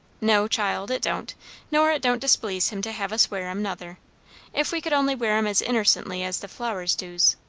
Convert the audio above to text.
no, child, it don't nor it don't displease him to have us wear em, nother if we could only wear em as innercently as the flowers doos.